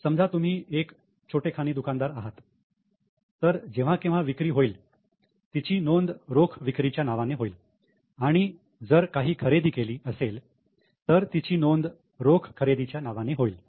समजा तुम्ही एक छोटेखानी दुकानदार आहेत तर जेव्हा केव्हा विक्री होईल तिची नोंद रोख विक्रीच्या नावाने होईल आणि जर काही खरेदी केली असेल तर तिची नोंद रोख खरेदीच्या नावाने होईल